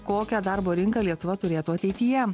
kokią darbo rinką lietuva turėtų ateityje